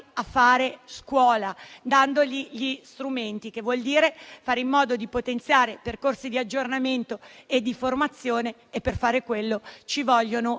a fare scuola, dando loro gli strumenti; il che vuol dire fare in modo di potenziare percorsi di aggiornamento e di formazione e, per fare quello, ci vogliono